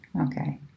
okay